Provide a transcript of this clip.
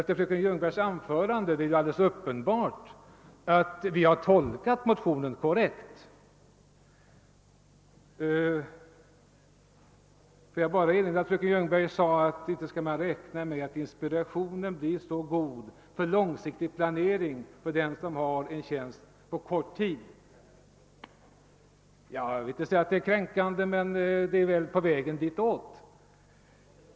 Efter fröken Ljungbergs anförande är det emellertid alldeles uppenbart att vi har tolkat motionen korrekt. Får jag bara erinra om att fröken Ljungberg sade, att man inte skall räkna med att inspirationen blir så god för långsiktig planering för den som har en tjänst på kort tid? Jag vill inte säga att det är kränkande, men det är väl på väg ditåt.